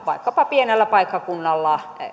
vaikkapa pienellä paikkakunnalla